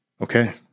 Okay